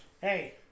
Hey